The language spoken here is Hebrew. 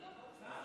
אדוני